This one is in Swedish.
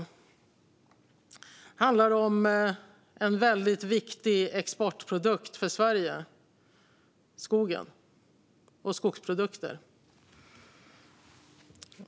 Den handlar om en väldigt viktig exportprodukt för Sverige: skogen och skogsprodukter.